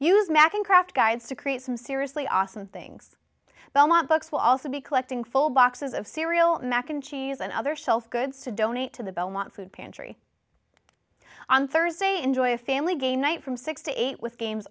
use makan craft guides to create some seriously awesome things but i want books will also be collecting full boxes of cereal mac and cheese and other shelf goods to donate to the belmont food pantry on thursday enjoy a family game night from six to eight with games